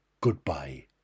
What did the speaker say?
Goodbye